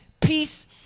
peace